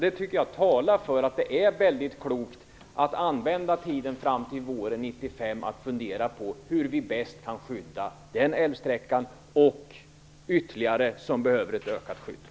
Det tycker jag talar för att man skall använda tiden fram till våren 1995 till att fundera på hur den älvsträckan - och ytterligare sträckor - bäst skall skyddas.